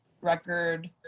record